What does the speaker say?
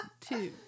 two